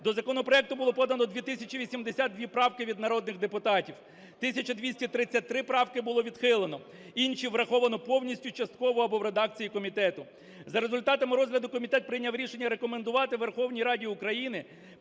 До законопроекту було подано 2 тисячі 82 правки від народних депутатів, 1233 правки було відхилено, інші – враховано повністю, частково або в редакції комітету. За результатами розгляду комітет прийняв рішення рекомендувати Верховній Раді України